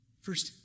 first